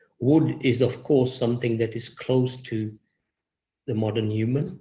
wood is, of course, something that is close to the modern human.